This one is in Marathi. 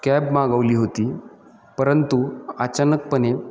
कॅब मागवली होती परंतु अचानकपणे